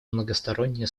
многостороннее